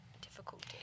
difficulty